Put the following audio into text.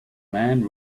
men